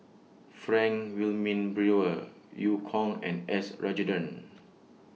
Frank Wilmin Brewer EU Kong and S Rajendran